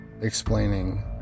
explaining